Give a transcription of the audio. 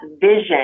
vision